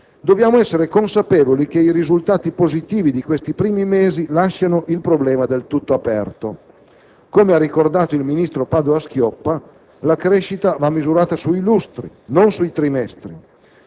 dobbiamo essere consapevoli che i risultati positivi di questi primi mesi lasciano il problema del tutto aperto. Come ha ricordato il ministro Padoa-Schioppa, la crescita va misurata sui lustri, non sui trimestri.